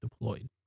deployed